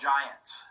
Giants